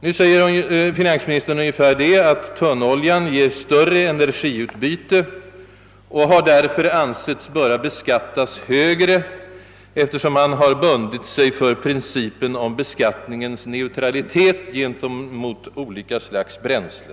Nu säger finansministern ungefär det, att tunnoljan ger större energiutbyte och har därför ansetts böra beskattas hög re, eftersom man bundit sig för principen om beskattningens neutralitet gentemot olika slags bränsle.